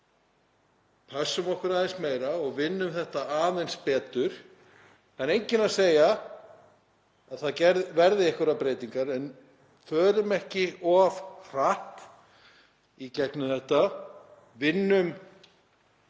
sitjum pössum okkur aðeins meira og vinnum þetta aðeins betur. Það er enginn að segja að það verði einhverjar breytingar en förum ekki of hratt í gegnum þetta. Vinnum